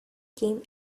game